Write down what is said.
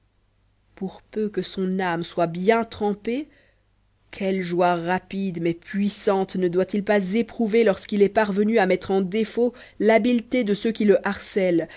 pour peu que son âme soit bien trempée quelles joies rapides mais puissantes ne doit-il pas éprouver lorsqu'il est parvenu à mettre en défaut l'habileté de ceux qui le harcèlent